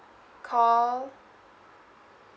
call